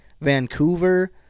Vancouver